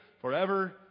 forever